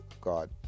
God